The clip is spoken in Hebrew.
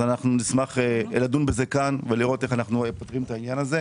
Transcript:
אז אנחנו נשמח לדון בזה כאן ולראות איך אנחנו פותרים את העניין הזה.